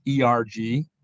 ERG